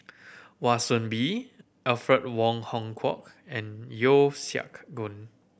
Wan Soon Bee Alfred Wong Hong Kwok and Yeo Siak Goon